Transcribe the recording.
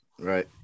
Right